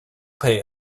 pay